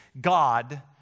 God